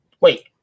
Wait